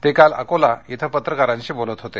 ते काल अकोला इथं पत्रकारांशी बोलत होते